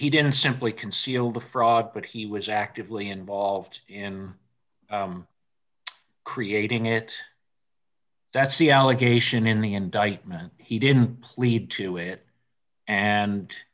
didn't simply conceal the fraud but he was actively involved in creating it that's the allegation in the indictment he didn't plead to it and